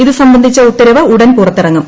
ഇത് സംബന്ധിച്ച ഉത്തരവ് ഉടൻ പുറത്തിറങ്ങും